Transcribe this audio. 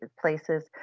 places